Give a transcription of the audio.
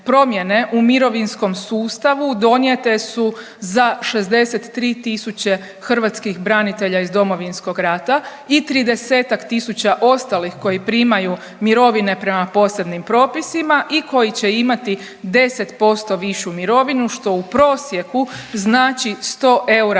u mirovinskom sustavu donijete su za 63000 branitelja iz Domovinskog rata i 30-tak tisuća ostalih koji primaju mirovine prema posebnim propisima i koji će imati 10% višu mirovinu što u prosjeku znači 100 eura